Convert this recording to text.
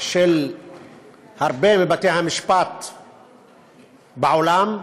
של הרבה מבתי-המשפט בעולם,